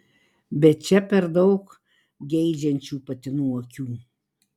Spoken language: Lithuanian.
bet čia per daug geidžiančių patinų akių